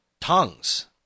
tongues